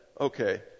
okay